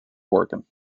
oregon